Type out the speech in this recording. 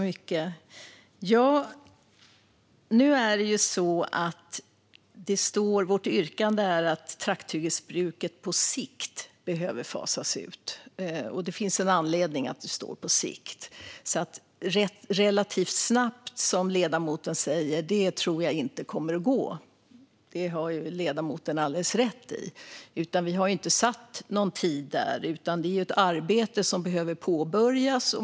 Herr talman! Det står i vårt yrkande att trakthyggesbruket på sikt behöver fasas ut. Det finns en anledning till att det står "på sikt". Relativt snabbt, som ledamoten säger, tror jag inte att det kommer att gå. Det har ledamoten alldeles rätt i. Vi har inte satt någon tid där, utan det är ett arbete som behöver påbörjas.